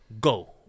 go